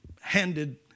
handed